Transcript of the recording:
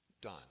done